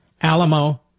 Alamo